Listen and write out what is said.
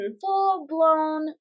full-blown